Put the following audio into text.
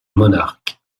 monarque